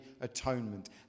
atonement